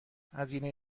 هزینه